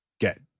get